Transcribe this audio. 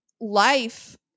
life